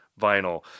vinyl